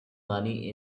money